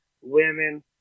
women